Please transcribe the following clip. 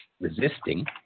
resisting